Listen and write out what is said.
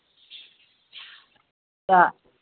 ꯆꯥ